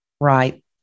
Right